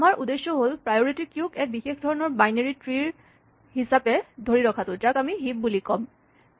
আমাৰ উদেশ্য হ'ল প্ৰায়ৰিটী কিউক এক বিশেষ ধৰণৰ বাইনেৰী ট্ৰী হিচাপে ধৰি ৰখাটো যাক আমি হিপ বুলি ক'ম